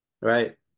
right